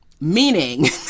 Meaning